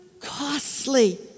costly